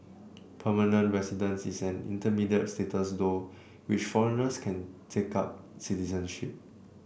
permanent residence is an intermediate status through which foreigners can take up citizenship